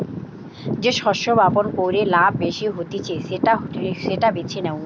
যে শস্য বপণ কইরে লাভ বেশি হতিছে সেটা বেছে নেওয়া